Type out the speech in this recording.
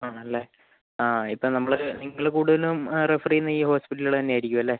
ആണല്ലേ ആ ഇപ്പോൾ നമ്മൾ നിങ്ങൾ കൂടുതലും റഫർ ചെയ്യുന്നത് ഈ ഹോസ്പിറ്റലുകൾ തന്നെയായിരിക്കും അല്ലേ